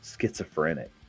schizophrenic